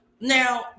now